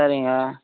சரிங்க